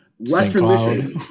Western